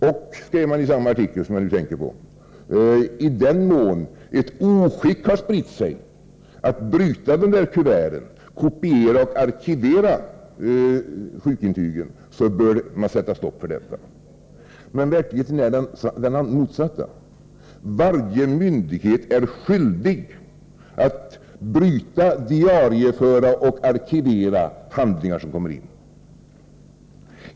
Och vidare säger man i samma artikel som jag nyss tänkte på: I den mån ett oskick har spritt sig att man brutit det här kuvertet, kopierat och arkiverat sjukintyget, måste man sätta stopp för detta. Så långt ett referat ur tidningsartikeln. Men verkligheten är den motsatta. Varje myndighet är skyldig att bryta, diarieföra och arkivera handlingar som kommer in.